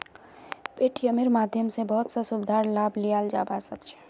पेटीएमेर माध्यम स बहुत स सुविधार लाभ लियाल जाबा सख छ